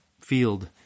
field